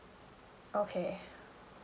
okay